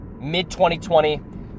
mid-2020